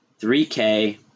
3K